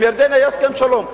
עם ירדן היה הסכם שלום,